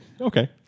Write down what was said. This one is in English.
Okay